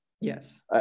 Yes